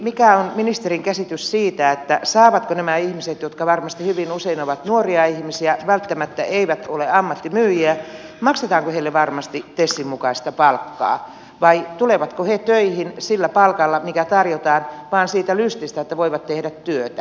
mikä on ministerin käsitys siitä maksetaanko näille ihmisille jotka varmasti hyvin usein ovat nuoria ihmisiä välttämättä eivät ole ammattimyyjiä varmasti tesin mukaista palkkaa vai tulevatko he töihin sillä palkalla mikä tarjotaan vain siitä lystistä että voivat tehdä työtä